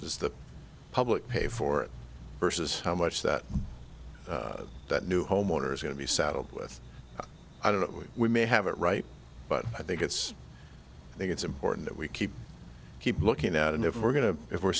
is the public pay for it versus how much that that new homeowners going to be saddled with i don't we we may have it right but i think it's i think it's important that we keep keep looking out and if we're going to if we're